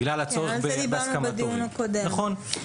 בגלל הצורך בהסכמת הורים.